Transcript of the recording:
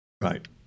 Right